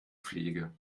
pflege